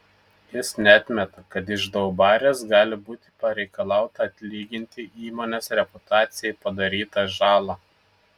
jis neatmeta kad iš daubarės gali būti pareikalauta atlyginti įmonės reputacijai padarytą žalą